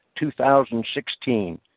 2016